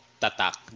tatak